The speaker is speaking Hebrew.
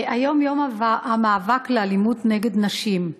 היום יום המאבק באלימות נגד נשים.